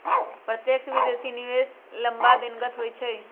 प्रत्यक्ष विदेशी निवेश लम्मा दिनगत होइ छइ